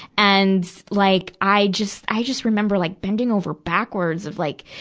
and, like, i just, i just remember like bending over backwards of like,